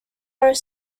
are